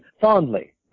fondly